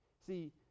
See